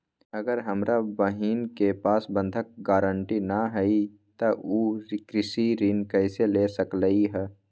अगर हमर बहिन के पास बंधक गरान्टी न हई त उ कृषि ऋण कईसे ले सकलई ह?